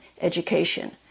education